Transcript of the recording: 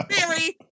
Mary